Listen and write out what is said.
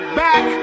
back